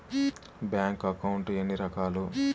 bank account ఎన్ని రకాలు